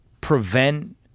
prevent